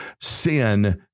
sin